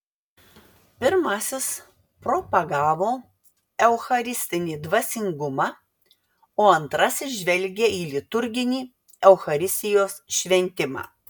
pirmasis propagavo eucharistinį dvasingumą o antrasis žvelgė į liturginį eucharistijos šventimą